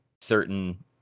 certain